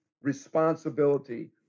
responsibility